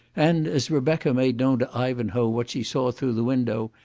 and as rebecca made known to ivanhoe what she saw through the window,